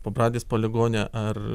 pabradės poligone ar